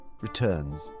returns